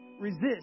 resist